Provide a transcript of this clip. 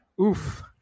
oof